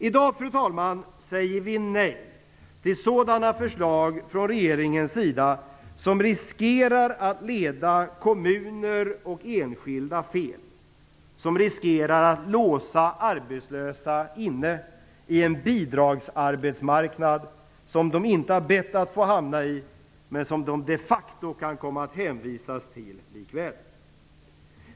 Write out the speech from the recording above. I dag, fru talman, säger vi nej till sådana förslag från regeringens sida som riskerar att leda kommuner och enskilda fel, och som riskerar att låsa arbetslösa inne i en bidragsarbetsmarknad som de inte har bett att få hamna i, men som de de facto kan komma att hänvisas till likväl.